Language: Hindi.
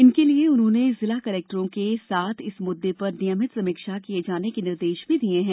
इनके लिये उन्होंने जिला कलेक्टरों के साथ इस मुद्दे पर नियमित समीक्षा किये जाने के निर्देश भी दिये हैं